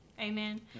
amen